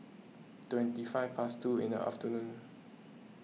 twenty five past two in the afternoon